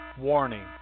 warning